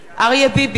אריה ביבי,